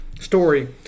story